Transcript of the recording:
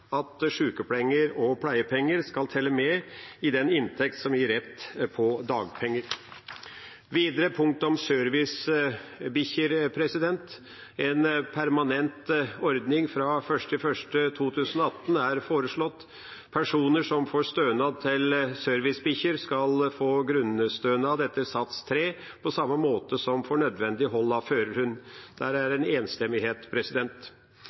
at sykepenger og pleiepenger skal telle med i den inntekt som gir rett til dagpenger. Videre er det punktet om servicehunder. En permanent ordning fra 1. januar 2018 er foreslått. Personer som får stønad til servicehunder, skal få grunnstønad etter sats 3, på samme måte som for nødvendig hold av førerhund. Der er det en enstemmighet. Helt til slutt er